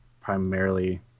primarily